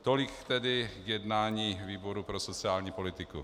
Tolik tedy k jednání výboru pro sociální politiku.